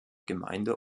gemeinde